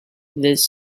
this